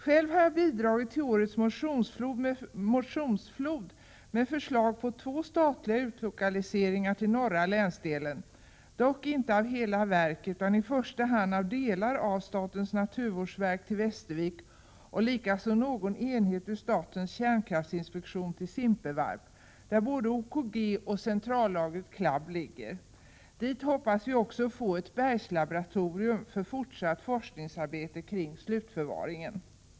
Själv har jag bidragit till årets motionsflod med förslag på två statliga utlokaliseringar till den norra länsdelen; dock inte av hela verk utan i första hand av delar av statens naturvårdsverk till Västervik och likaså någon enhet ur statens kärnkraftinspektion till Simpevarp, där både OKG och centrallagret CLAB ligger. Dit hoppas vi också få ett bergslaboratorium för fortsatt forskningsarbete kring slutförvaringen.